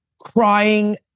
crying